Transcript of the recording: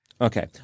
Okay